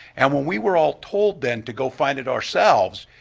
and when we were all told then to go find it ourselves,